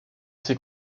ses